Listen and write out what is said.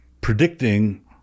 predicting